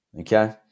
okay